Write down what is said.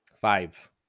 Five